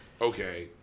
Okay